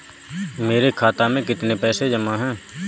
मेरे खाता में कितनी पैसे जमा हैं?